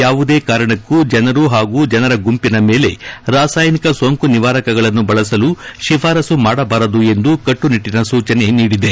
ಯಾವುದೇ ಕಾರಣಕ್ಕೂ ಜನರು ಹಾಗೂ ಜನರ ಗುಂಪಿನ ಮೇಲೆ ರಾಸಾಯನಿಕ ಸೋಂಕು ನಿವಾರಕಗಳನ್ನು ಬಳಸಲು ಶಿಫಾರಸ್ತು ಮಾಡಬಾರದು ಎಂದು ಕಟ್ಟುನಿಟ್ಟಿನ ಸೂಚನೆ ನೀಡಿದೆ